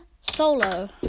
Solo